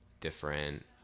different